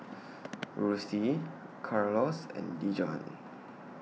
Ruthie Carlos and Dijon